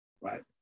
Right